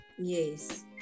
Yes